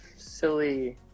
silly